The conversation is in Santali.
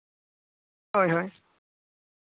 ᱦᱳᱭ ᱦᱳᱭ